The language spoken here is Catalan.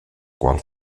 qual